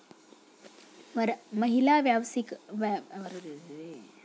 महिला व्यावसायिकांना कोणतेही तारण न ठेवता कोणत्या प्रकारात दहा लाख रुपयांपर्यंतचे व्यवसाय कर्ज मिळतो?